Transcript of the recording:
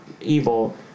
evil